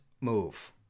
move